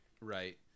Right